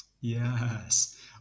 Yes